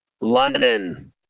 London